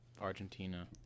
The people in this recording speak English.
Argentina